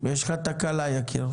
פה יופי של תקנות שיגנו סוף